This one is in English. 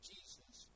Jesus